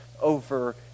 over